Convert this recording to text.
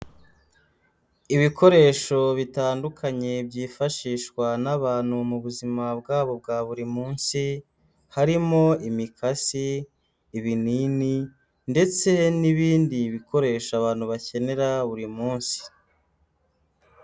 Ibikoresho bitandukanye byifashishwa n'abantu mu buzima bwabo bwa buri munsi, harimo imikasi, ibinini ndetse n'ibindi bikoresho abantu bakenera buri munsi.